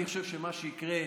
אני חושב שמה שיקרה: